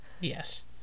Yes